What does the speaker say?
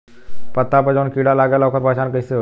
पत्ता पर जौन कीड़ा लागेला ओकर पहचान कैसे होई?